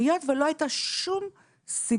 היות ולא הייתה שום סיבה,